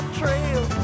trail